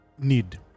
need